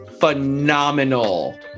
phenomenal